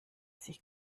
sich